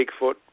Bigfoot